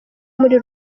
muri